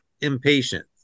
impatient